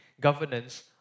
governance